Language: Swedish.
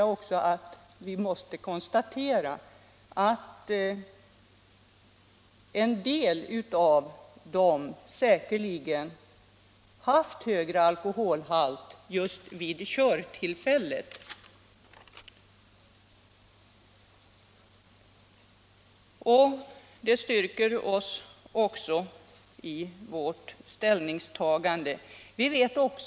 Man kan emellertid säkerligen anta att en del av dessa haft en högre alkoholhalt vid körtillfället. Det styrker oss i vårt ställningstagande.